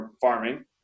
farming